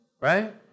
right